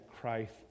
Christ